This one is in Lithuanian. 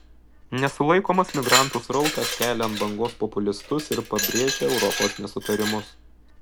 nesulaikomas migrantų srautas kelia ant bangos populistus ir pabrėžia europos nesutarimus